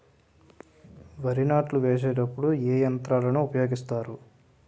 వరి నాట్లు వేసేటప్పుడు ఏ యంత్రాలను ఉపయోగిస్తారు?